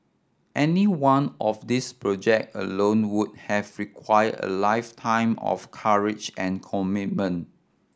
any one of these project alone would have require a lifetime of courage and commitment